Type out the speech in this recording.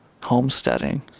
Homesteading